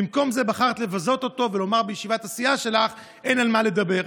במקום זאת בחרת לבזות אותו ולומר בישיבת הסיעה שלך שאין על מה לדבר.